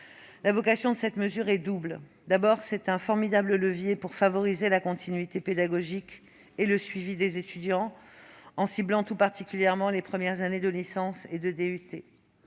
La vocation de cette mesure est double. Elle est un formidable levier pour favoriser la continuité pédagogique et le suivi des étudiants, en ciblant tout particulièrement les premières années de licence et de DUT.